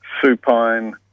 supine